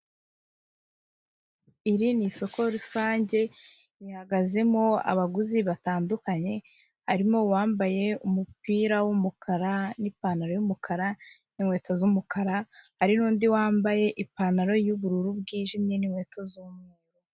Iri ni isoko rusange rihagazemo abaguzi batandukanye, barimo uwambaye umupira w'umukara n'ipantaro y'umukara, n'inkweto z'umukara, hari n'undi wambaye ipantaro y'ubururu bwijimye n'inkweto z'umweru.